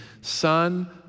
Son